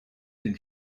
den